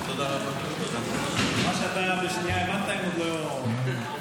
מה שאתה בשנייה הבנת, הם עוד לא.